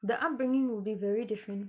the upbringing will be very different